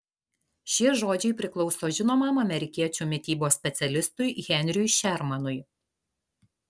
šie žodžiai priklauso žinomam amerikiečių mitybos specialistui henriui šermanui